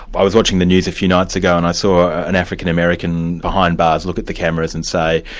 but i was watching the news a few nights ago and i saw an african-american behind bars look at the cameras and say,